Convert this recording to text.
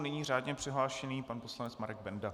Nyní řádně přihlášený pan poslanec Marek Benda.